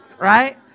Right